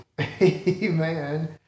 amen